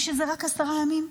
אתה מאמין שזה רק עשרה ימים?